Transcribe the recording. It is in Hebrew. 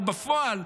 אבל בפועל,